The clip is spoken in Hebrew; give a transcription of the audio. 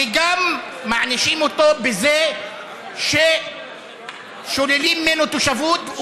וגם מענישים אותו בזה ששוללים ממנו תושבות,